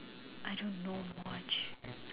I don't know much